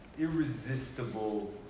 irresistible